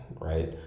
right